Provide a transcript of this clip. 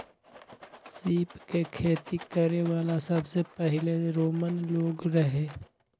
सीप के खेती करे वाला सबसे पहिले रोमन लोग रहे